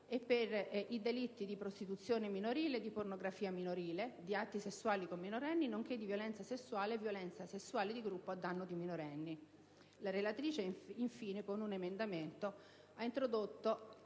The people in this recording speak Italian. per i delitti di prostituzione minorile, di pornografia minorile, di atti sessuali con minorenni nonché di violenza sessuale e violenza sessuale di gruppo a danno di minorenni. La relatrice, infine, con un emendamento ha promosso